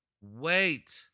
wait